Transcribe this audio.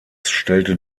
stellte